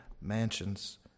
mansions